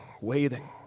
waiting